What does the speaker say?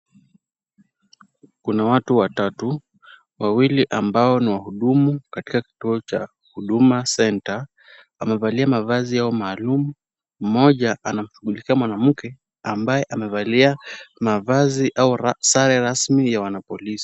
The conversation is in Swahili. Kuna watu watatu wawili ambao ni wahudumu katika kituo cha Huduma Centre, amevalia mavazi yao maalum, moja anajulikana mwanaume amevalia mavazi au sare rasmi ya wanapolisi.